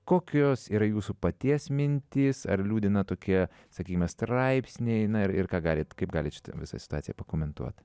kokios yra jūsų paties mintys ar liūdina tokie sakykime straipsniai na ir ką galit kaip galit šitą visą situaciją pakomentuot